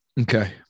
Okay